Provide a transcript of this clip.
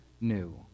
new